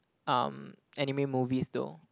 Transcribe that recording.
um anime movies though